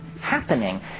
happening